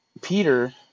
Peter